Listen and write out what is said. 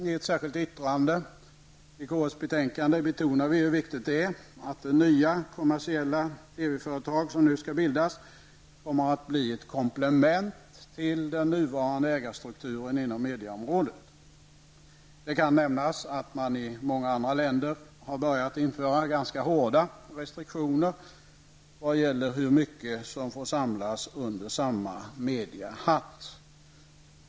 I ett särskilt yttrande i konstitutionsutskottets betänkande betonar vi hur viktigt det är att det nya kommersiella TV-företag som nu skall bildas blir ett komplement till den nuvarande ägarstrukturen inom medieområdet. Det kan nämnas att man i många andra länder har börjat införa ganska hårda restriktioner när det gäller hur mycket som får samlas under samma mediehatt.